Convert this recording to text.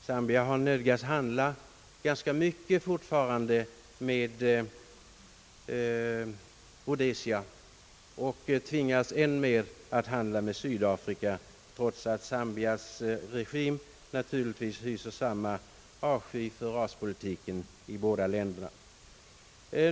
Zambia nödgas ännu handla ganska mycket med Rhodesia och tvingas än mer att handla med Sydafrika, trots att Zambias regim hyser samma avsky för raspolitiken i de båda länderna.